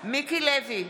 מיקי לוי,